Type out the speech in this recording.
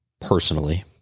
personally